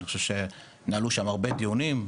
אני חושב שניהלו שם הרבה דיונים,